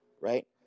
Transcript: right